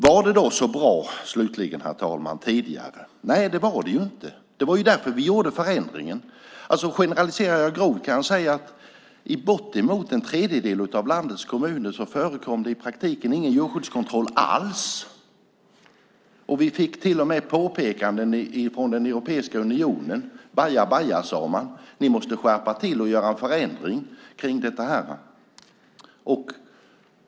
Var det då så bra tidigare, herr talman? Nej, det var det inte. Det var därför vi gjorde förändringen. Om jag generaliserar kan jag säga att i bortemot en tredjedel av landets kommuner förekom i praktiken ingen djurskyddskontroll alls, och vi fick till och med påpekanden från Europeiska unionen som sade att vi måste skärpa oss och göra en förändring.